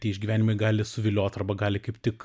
tie išgyvenimai gali suviliot arba gali kaip tik